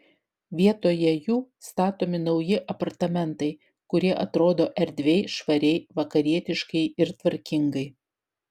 vietoje jų statomi nauji apartamentai kurie atrodo erdviai švariai vakarietiškai ir tvarkingai